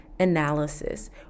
analysis